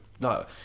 no